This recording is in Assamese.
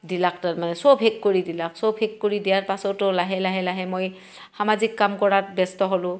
দিলাক তাৰমানে চব শেষ কৰি দিলাক চব শেষ কৰি দিয়াৰ পাছতো লাহে লাহে লাহে মই সামাজিক কাম কৰাত ব্যস্ত হ'লোঁ